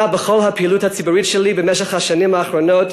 בכל הפעילות הציבורית שלי בשנים האחרונות,